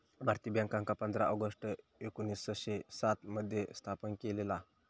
भारतीय बॅन्कांका पंधरा ऑगस्ट एकोणीसशे सात मध्ये स्थापन केलेला